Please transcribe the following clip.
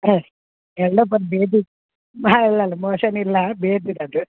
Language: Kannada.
ಹಾಂ ರೀ ಎಲ್ಲ ಬಂದು ಭೇದಿ ಭಾಳ ಇಲ್ಲ ಅಲ್ಲ ಮೊಷನ್ ಇಲ್ಲ ಭೇದಿಗದು